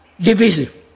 divisive